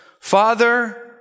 Father